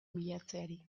bilatzeari